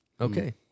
Okay